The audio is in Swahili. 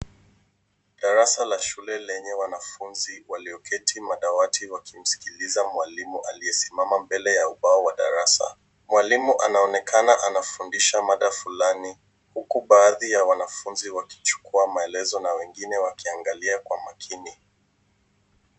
Darasa la shule lenye wanafunzi walioketi madawati wakimskiliza mwalimu aliyesimama mbele ya ubao wa darasa. Mwalimu anaonekana anafundisha mada fulani huku baadhi ya wanafunzi wakichukua maelezo na wengine wakiangalia kwa makini.